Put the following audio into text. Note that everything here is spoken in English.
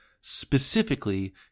specifically